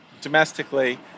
domestically